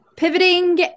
pivoting